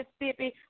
Mississippi